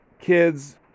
kids